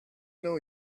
know